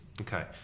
Okay